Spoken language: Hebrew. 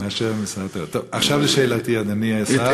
עכשיו לשאלתי, אדוני השר.